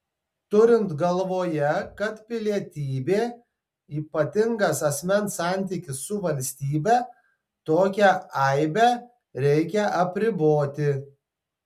turint galvoje kad pilietybė ypatingas asmens santykis su valstybe tokią aibę reikia apriboti